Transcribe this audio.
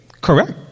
correct